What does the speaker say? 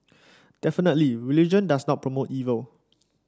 definitely religion does not promote evil